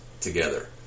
together